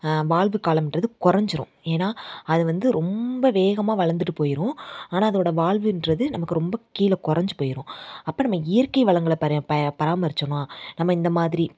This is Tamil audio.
வாழ்வு காலம்கிறது குறைஞ்சுரும் ஏன்னால் அது வந்து ரொம்ப வேகமாக வளர்ந்துட்டு போயிடும் ஆனால் அதோட வாழ்வுகிறது நமக்கு ரொம்ப கீழே குறைஞ்சு போயிடும் அப்போ நம்ம இயற்கை வளங்களை பர பராமரித்தோமா நம்ம இந்த மாதிரி